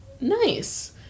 Nice